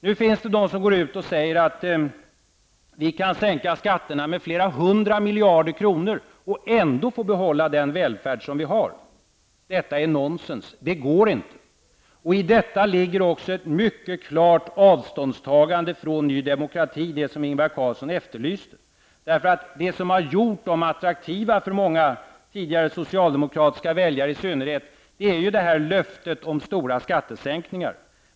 Nu finns det de som går ut och säger att man kan sänka skatterna med flera hundra miljarder kronor och ändå få behålla den välfärd som vi har. Detta är nonsens. Det går inte. I detta ligger också ett mycket klart avståndstagande från partiet Ny demokrati, vilket Ingvar Carlsson efterlyste. Det som har gjort det partiet attraktivt för många tidigare i synnerhet socialdemokratiska väljare är löftet om stora skattesänkningar.